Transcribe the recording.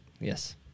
Yes